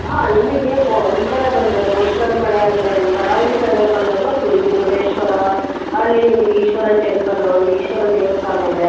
ನಿಮಗೆ ಕೊ ಈ ಕಡೆ ಬಂದರೆ ಕೋಸ್ಟಲ್ ಕಡೆ ಅಂದರೆ ನಿಮ್ಮ ಕರಾವಳಿ ಸೈಡಲ್ಲಿ ಬಂದಾಗ ಪು ಇದು ಮುರುಡೇಶ್ವರ ಅಲ್ಲಿ ನಿಮಗೆ ಈಶ್ವರನ ಟೆಂಪಲ್ ಅಲ್ಲಿ ಈಶ್ವರನ ದೇವಸ್ಥಾನ ಇದೆ